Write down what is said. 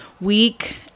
week